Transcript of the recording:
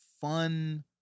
fun